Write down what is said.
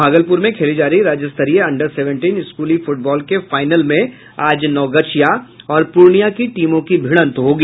भागलपुर में खेली जा रही राज्य स्तरीय अंडर सेवेंटीन स्कूली फुटबॉल के फाइनल में आज नवगछिया और पूर्णिया की टीमों की भिड़ंत होगी